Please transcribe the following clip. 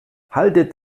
haltet